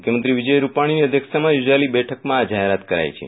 મુખ્યમંત્રી વિજય રૂપાડ઼ીની અધ્યક્ષતામાં યોજાયેલી બેઠકમાં આ જાહેરાત કરાઈ છે